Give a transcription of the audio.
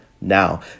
Now